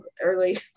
early